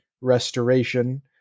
restoration